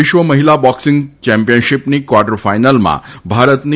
વિશ્વ મહિલા બોકસીંગ ચેમ્પીયનશીપની કવાર્ટર ફાઇનલમાં ભારતની